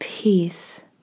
Peace